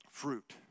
Fruit